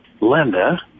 Linda